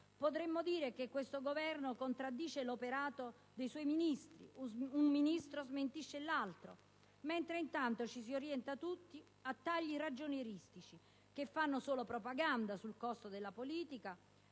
Potremmo dire che questo Governo contraddice l'operato dei suoi Ministri, e che un Ministro smentisce l'altro, mentre intanto ci si orienta tutti a tagli ragionieristici che fanno solo propaganda sul costo della politica